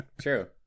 true